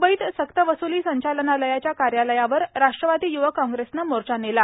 मुंबईत सक्त वसुली संचालनालयाच्या कार्यालयावर राष्ट्रवादी य्वक कांग्रेसनं मोर्चा नेला